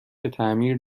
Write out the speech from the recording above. تعمیر